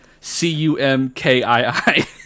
C-U-M-K-I-I